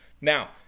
Now